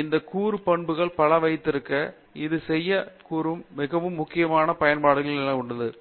இந்த கூறு பண்புகள் பல வைத்திருக்க இது செய்ய கூறு மிகவும் முக்கியமான பயன்பாடுகளில் உள்ளது